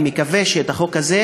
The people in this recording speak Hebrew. אני מקווה שהחוק הזה